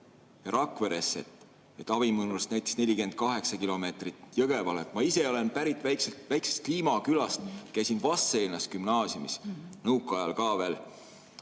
Rakveresse, et Avinurmest on näiteks 48 kilomeetrit Jõgevale. Ma ise olen pärit väikesest Kliima külast. Käisin Vastseliinas gümnaasiumis, nõukaajal ka veel,